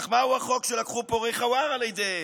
אך מהו החוק שלקחו פורעי חווארה לידיהם?